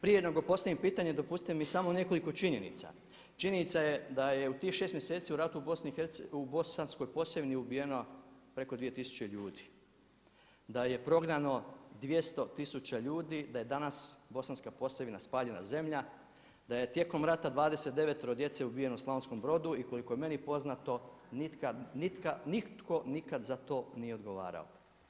Prije nego postavim pitanje dopustite mi samo nekoliko činjenica, činjenica je da je u tih 6 mjeseci u ratu u Bosanskoj Posavini ubijeno preko 2000 ljudi, da je prognano 200 tisuća ljudi, da je danas Bosanska Posavina spaljena zemlja, da je tijekom rata 29 djece ubijeno u Slavonskom Brodu i koliko je meni poznato nitko nikad za to nije odgovara.